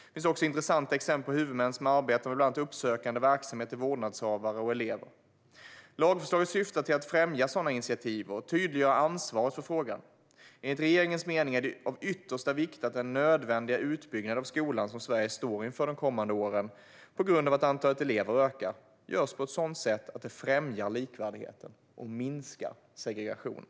Det finns också intressanta exempel på huvudmän som arbetar med bland annat uppsökande verksamhet till vårdnadshavare och elever. Lagförslaget syftar till att främja sådana initiativ och tydliggöra ansvaret för frågan. Enligt regeringens mening är det av yttersta vikt att den nödvändiga utbyggnad av skolan som Sverige står inför de kommande åren, på grund av att antalet elever ökar, görs på ett sätt som främjar likvärdigheten och minskar segregationen.